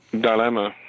Dilemma